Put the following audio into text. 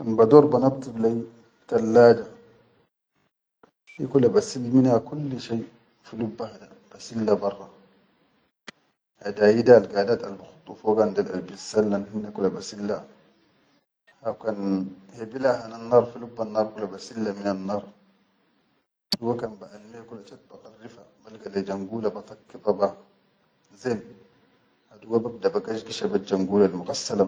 Kan bador banaddif lai tallaja hi kula basil mina kulli shai kulli shai filubba da basilla barra, hadaida algadat albikhuddu fogan albissallan hinna kula basillan ha kan habill hanannar filubban nar kula basilla minannar, dugo kan ba alme kula chat baqarrifa balga lai jangula batakkida ba zen ha dugo babda bagashgisha bejjan gula.